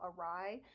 awry